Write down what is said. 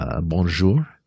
Bonjour